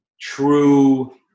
true